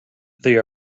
they